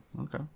Okay